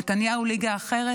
נתניהו ליגה אחרת?